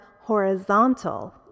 horizontal